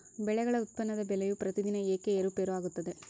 ಬೆಳೆಗಳ ಉತ್ಪನ್ನದ ಬೆಲೆಯು ಪ್ರತಿದಿನ ಏಕೆ ಏರುಪೇರು ಆಗುತ್ತದೆ?